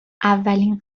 اولین